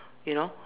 you know